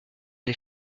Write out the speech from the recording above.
les